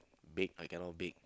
bake I cannot bake